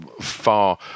far